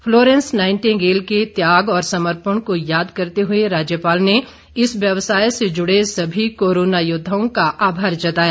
Florence Nightingale के त्याग और समर्पण को याद करते हुए राज्यपाल ने इस व्यवसाय से जुड़े सभी कोरोना योद्वाओं का आभार जताया